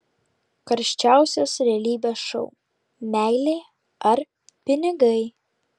karčiausias realybės šou meilė ar pinigai